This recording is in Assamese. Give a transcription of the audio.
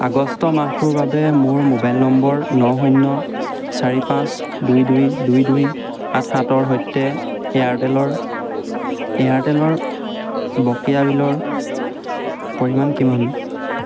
আগষ্ট মাহটোৰ বাবে মোৰ মোবাইল নম্বৰ ন শূন্য় চাৰি পাঁচ দুই দুই দুই দুই আঠ সাতৰ সৈতে এয়াৰটেলৰ এয়াৰটেলৰ বকেয়া বিলৰ পৰিমাণ কিমান